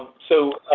so,